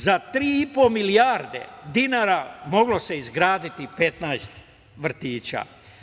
Za 3,5 milijarde dinara moglo se izgraditi 15 vrtića.